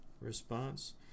Response